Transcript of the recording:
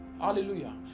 Hallelujah